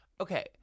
Okay